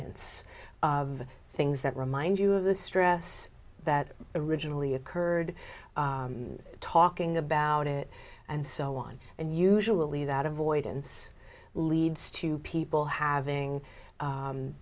avoidance of things that remind you of the stress that originally occurred talking about it and so on and usually that avoidance leads to people having